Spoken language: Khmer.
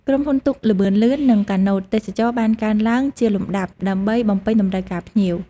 ក្រុមហ៊ុនទូកល្បឿនលឿននិងកាណូតទេសចរណ៍បានកើនឡើងជាលំដាប់ដើម្បីបំពេញតម្រូវការភ្ញៀវ។